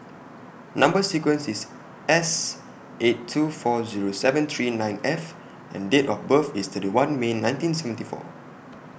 Number sequence IS S eight two four Zero seven three nine F and Date of birth IS thirty one May nineteen seventy four